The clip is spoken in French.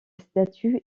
statue